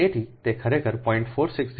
તેથી તે ખરેખર 0